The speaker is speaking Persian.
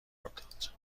داد